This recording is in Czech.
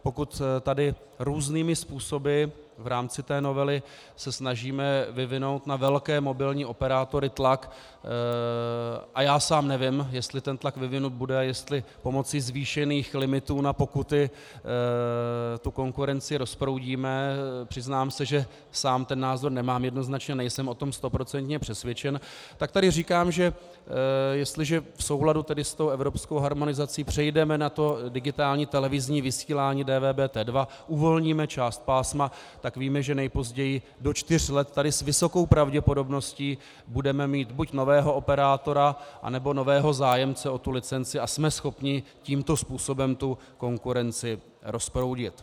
Pokud se tady různými způsoby v rámci novely snažíme vyvinout na velké mobilní operátory tlak, a já sám nevím, jestli vyvinut bude, jestli pomocí zvýšených limitů na pokuty konkurenci rozproudíme, přiznám se, že sám ten názor nemám, jednoznačně o tom nejsem stoprocentně přesvědčen, tak tady říkám, že jestliže v souladu s evropskou harmonizací přejdeme na digitální televizní vysílání DVBT2, uvolníme část pásma, tak víme, že nejpozději do čtyř let tady s vysokou pravděpodobností budeme mít buď nového operátora, anebo nového zájemce o licenci a jsme schopni tímto způsobem konkurenci rozproudit.